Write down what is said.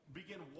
begin